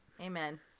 Amen